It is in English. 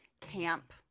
camp